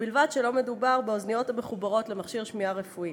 ובלבד שלא מדובר באוזניות המחוברות למכשיר שמיעה רפואי.